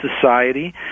Society